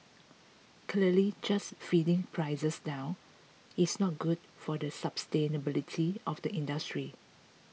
clearly just feeding prices down it's not good for the sustainability of the industry